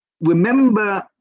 remember